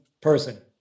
person